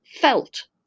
felt